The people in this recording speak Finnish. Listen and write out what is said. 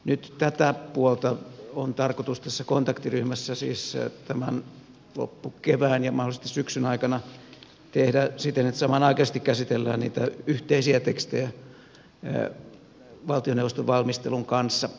nyt tätä puolta on tarkoitus tässä kontaktiryhmässä siis tämän loppukevään ja mahdollisesti syksyn aikana tehdä siten että samanaikaisesti käsitellään niitä yhteisiä tekstejä valtioneuvoston valmistelun kanssa